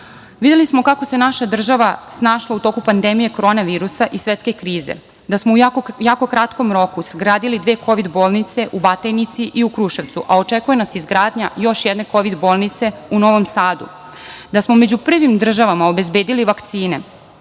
smo kako se naša država snašla u toku pandemije korona virusa i svetske krize, da smo u jako kratkom roku sagradili dve kovid bolnice u Batajnici i u Kruševcu, a očekuje nas izgradnja još jedne kovid bolnice u Novom Sadu, da smo među prvim državama obezbedili vakcine